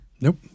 Nope